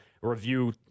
review